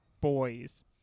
boys